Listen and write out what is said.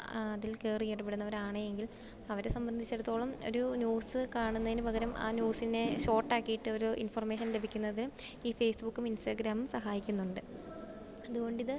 അതിൽ കയറിയിടപ്പെടുന്നവരാണ് എങ്കിൽ അവരെ സംബന്ധിച്ചിടത്തോളം ഒരു ന്യൂസ് കാണുന്നതിനു പകരം ആ ന്യൂസിനെ ഷോട്ടാക്കിയിട്ടൊരു ഇൻഫോർമേഷൻ ലഭിക്കുന്നത് ഈ ഫേസ്ബുക്കും ഇൻസ്റ്റാഗ്രാമും സഹായിക്കുന്നുണ്ട് അതുകൊണ്ടിത്